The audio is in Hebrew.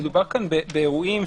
ניתן לאחד עד כמה שניתן טרמינולוגיה